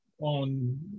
on